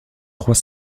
trois